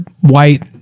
white